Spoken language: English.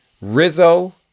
Rizzo